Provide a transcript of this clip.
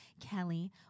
Kelly